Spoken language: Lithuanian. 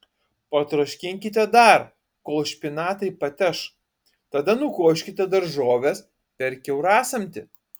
patroškinkite dar kol špinatai pateš tada nukoškite daržoves per kiaurasamtį